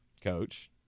coach